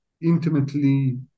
intimately